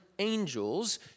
angels